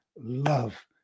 love